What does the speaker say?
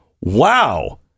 Wow